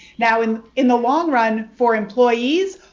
now in in the long run, for employees,